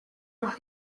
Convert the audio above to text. los